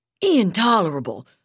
Intolerable